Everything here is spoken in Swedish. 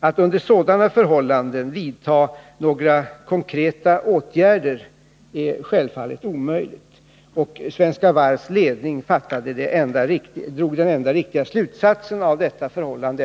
Att under sådana förhållanden vidta några konkreta åtgärder är självfallet omöjligt, och Svenska Varvs ledning drog den enda riktiga slutsatsen av detta förhållande.